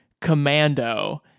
Commando